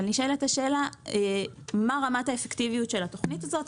אבל נשאלת השאלה מה רמת האפקטיביות של התוכנית הזאת.